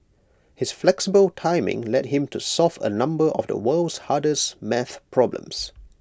his flexible timing led him to solve A number of the world's hardest math problems